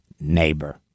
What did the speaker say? neighbor